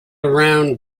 around